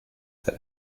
that